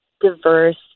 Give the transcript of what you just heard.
diverse